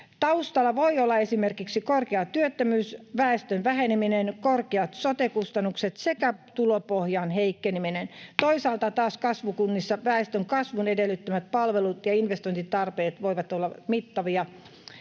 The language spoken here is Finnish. Taustalla voi olla esimerkiksi korkea työttömyys, väestön väheneminen, korkeat sote-kustannukset sekä tulopohjan heikkeneminen. Toisaalta taas kasvukunnissa väestönkasvun edellyttämät palvelut ja investointitarpeet voivat olla mittavia.